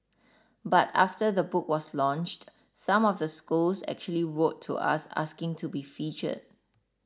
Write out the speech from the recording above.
but after the book was launched some of the schools actually wrote to us asking to be featured